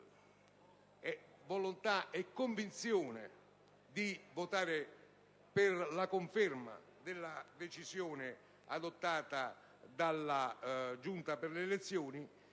determinata convinzione di votare per la conferma della decisione adottata dalla Giunta delle elezioni